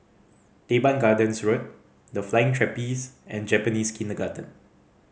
Teban Gardens Road The Flying Trapeze and Japanese Kindergarten